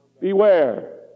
Beware